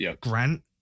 Grant